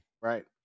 Right